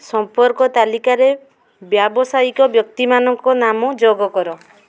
ସମ୍ପର୍କ ତାଲିକାରେ ବ୍ୟାବସାୟିକ ବ୍ୟକ୍ତିମାନଙ୍କ ନାମ ଯୋଗକର